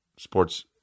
sports